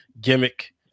gimmick